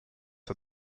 are